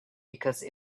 because